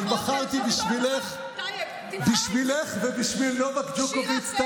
אבל בחרתי בשבילך ובשביל נובאק ג'וקוביץ',